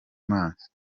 maso